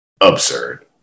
absurd